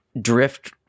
drift